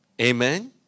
Amen